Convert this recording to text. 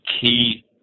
key